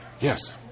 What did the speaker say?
Yes